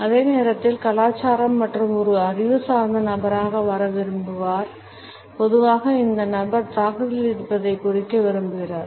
அதே நேரத்தில் கலாச்சாரம் மற்றும் ஒரு அறிவார்ந்த நபராக வர விரும்புகிறார் பொதுவாக அந்த நபர் தாக்குதலில் இருப்பதைக் குறிக்க விரும்புகிறார்